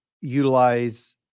utilize